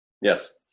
yes